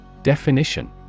Definition